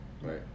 Right